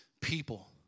people